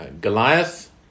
Goliath